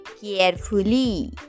carefully